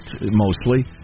mostly